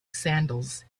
sandals